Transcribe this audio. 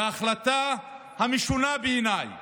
בהחלטה המשונה בעיניי,